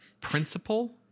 principal